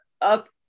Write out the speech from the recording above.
up